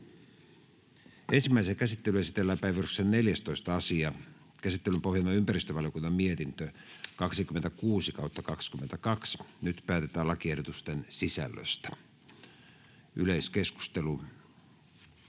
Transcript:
Ensimmäiseen käsittelyyn esitellään päiväjärjestyksen 4. asia. Käsittelyn pohjana on sivistysvaliokunnan mietintö SiVM 22/2022 vp. Nyt päätetään lakiehdotusten sisällöstä. — Keskustelu,